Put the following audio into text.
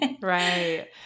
Right